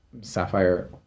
Sapphire